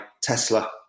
Tesla